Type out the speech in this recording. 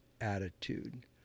attitude